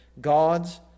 God's